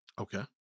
Okay